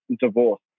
divorce